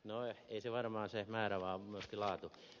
no ei varmaan se määrä vaan myöskin laatu